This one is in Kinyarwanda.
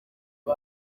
ngo